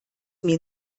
mir